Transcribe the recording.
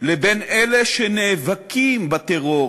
לבין אלה שנאבקים בטרור